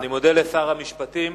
אני מודה לשר המשפטים.